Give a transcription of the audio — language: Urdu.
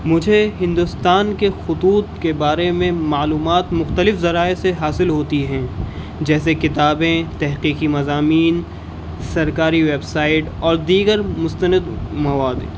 مجھے ہندوستان کے خطوط کے بارے میں معلومات مختلف ذرائع سے حاصل ہوتی ہیں جیسے کتابیں تحقیقی مضامین سرکاری ویبسائٹ اور دیگر مستند موادیں